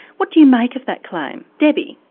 what do you make of that claim, debbie?